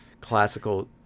classical